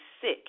sick